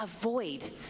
avoid